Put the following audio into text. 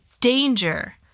danger